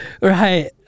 right